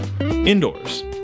Indoors